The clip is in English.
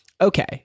okay